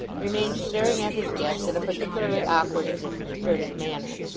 remained staring at his guest in a particularly awkward and disconcerted manner.